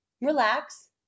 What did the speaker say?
relax